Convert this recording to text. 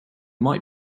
might